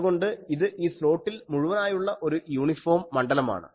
അതുകൊണ്ട് ഇത് ഈ സ്ലോട്ടിൽ മുഴുവനായുള്ള ഒരു യൂണിഫോം മണ്ഡലമാണ്